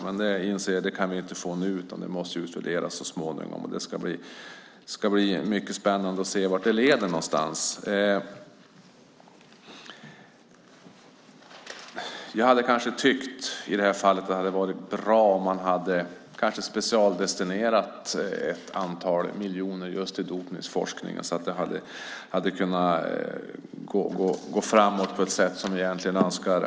Jag inser att vi inte kan få det nu, utan det måste vi studera så småningom, och det ska bli spännande att se vart det leder någonstans. I det här fallet hade det kanske varit bra om man hade specialdestinerat ett antal miljoner för just dopningsforskning så att den hade kunnat gå framåt på ett sätt som vi alla egentligen önskar.